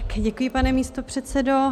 Děkuji, pane místopředsedo.